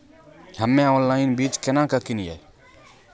हम्मे ऑनलाइन बीज केना के किनयैय?